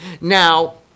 now